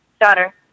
Daughter